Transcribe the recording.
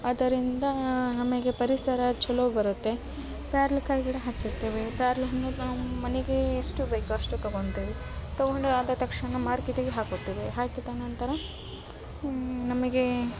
ಅದರಿಂದ ನಮಗೆ ಪರಿಸರ ಚಲೋ ಬರುತ್ತೆ ಪೇರ್ಲಿಕಾಯಿ ಗಿಡ ಹಚ್ಚುತ್ತೇವೆ ಪೇರ್ಲಿ ಹಣ್ಣು ನಮ್ಮ ಮನೆಗೆ ಎಷ್ಟು ಬೇಕು ಅಷ್ಟು ತಗೊತಿವಿ ತೊಗೊಂಡು ಆದ ತಕ್ಷಣ ಮಾರ್ಕೆಟಿಗೆ ಹಾಕುತ್ತೇವೆ ಹಾಕಿದ ನಂತರ ನಮಗೆ